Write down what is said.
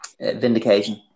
Vindication